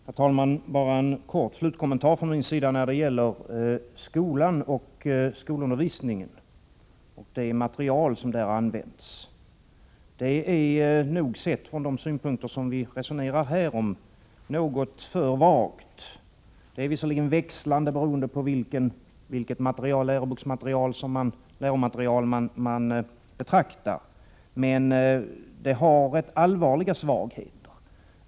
Herr talman! Bara en kort slutkommentar från min sida när det gäller skolundervisningen och det material som där används. Det är, sett från de synpunkter som vi här resonerar utifrån, något för vagt. Det är visserligen växlande, beroende på vilket läromaterial man betraktar, men genomgående är att det har rätt allvarliga svagheter.